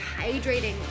hydrating